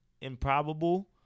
improbable